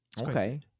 Okay